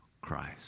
Christ